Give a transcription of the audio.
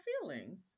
feelings